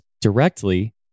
directly